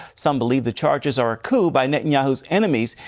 some believe the charges are a coup by netanyahu's enemies,